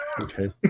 Okay